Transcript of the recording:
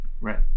Right